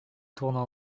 tournant